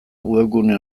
webgune